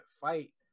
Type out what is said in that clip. fight